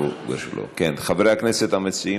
חברי הכנסת המציעים,